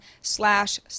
slash